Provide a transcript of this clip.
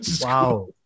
Wow